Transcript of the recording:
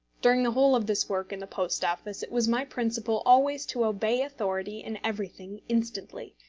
during the whole of this work in the post office it was my principle always to obey authority in everything instantly,